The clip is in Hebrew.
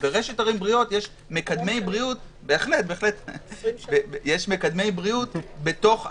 וברשת ערים בריאות יש מקדמי בריאות בתוך הרשת.